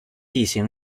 地形